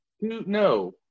No